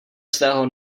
svého